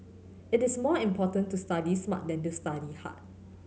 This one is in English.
it is more important to study smart than to study hard